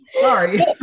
Sorry